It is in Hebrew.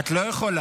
את לא יכולה.